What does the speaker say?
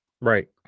right